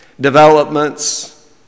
developments